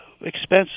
expensive